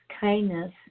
kindness